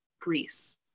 Greece